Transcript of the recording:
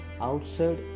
outside